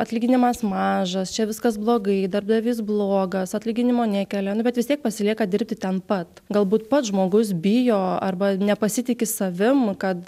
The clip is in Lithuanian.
atlyginimas mažas čia viskas blogai darbdavys blogas atlyginimo nekelia nu bet vis tiek pasilieka dirbti ten pat galbūt pats žmogus bijo arba nepasitiki savim kad